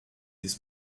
this